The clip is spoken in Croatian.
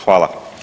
Hvala.